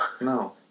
no